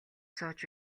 сууж